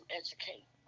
educate